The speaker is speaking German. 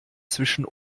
zwischen